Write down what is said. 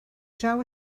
draw